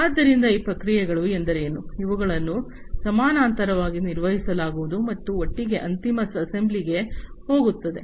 ಆದ್ದರಿಂದ ಈ ಪ್ರಕ್ರಿಯೆಗಳು ಎಂದರೇನು ಅವುಗಳನ್ನು ಸಮಾನಾಂತರವಾಗಿ ನಿರ್ವಹಿಸಲಾಗುವುದು ಮತ್ತು ಒಟ್ಟಿಗೆ ಅಂತಿಮ ಅಸೆಂಬ್ಲಿಗೆ ಹೋಗುತ್ತದೆ